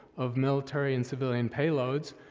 of military and civilian payloads,